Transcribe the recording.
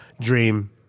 dream